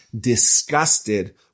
disgusted